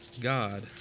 God